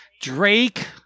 Drake